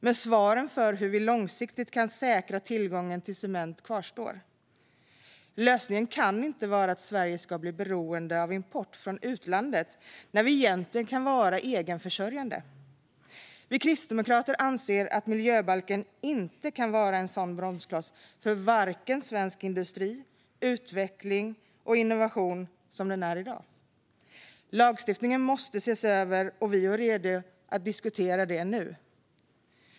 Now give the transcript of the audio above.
Men svaren för hur vi långsiktigt kan säkra tillgången till cement återstår. Lösningen kan inte vara att Sverige ska bli beroende av import från utlandet när vi egentligen kan vara egenförsörjande. Vi kristdemokrater anser att miljöbalken inte kan vara en sådan bromskloss för svensk industri, utveckling och innovation som den är i dag. Lagstiftningen måste ses över, och vi är redo att diskutera det nu.